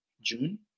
June